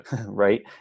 Right